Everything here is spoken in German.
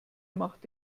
macht